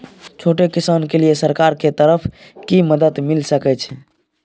छोट किसान के लिए सरकार के तरफ कि मदद मिल सके छै?